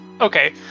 Okay